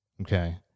okay